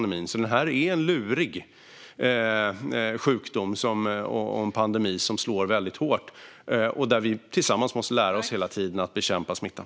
Det är alltså en lurig sjukdom och en pandemi som slår väldigt hårt, och vi måste hela tiden lära oss att tillsammans bekämpa smittan.